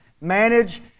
Manage